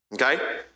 Okay